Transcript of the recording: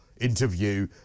interview